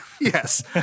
Yes